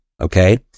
okay